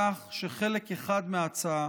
כך שחלק אחד מההצעה